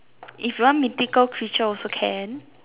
if you want to take out creature also can